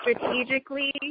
strategically